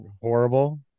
horrible